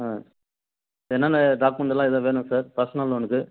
அ என்னென்ன டாக்குமென்ட்டலாம் எதுவும் வேணும் சார் பர்ஷனல் லோனுக்கு